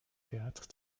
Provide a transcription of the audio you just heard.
théâtre